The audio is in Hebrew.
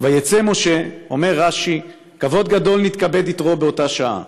"וייצא משה" אומר רש"י: "כבוד גדול נתכבד יתרו באותה שעה,